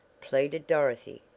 pleaded dorothy.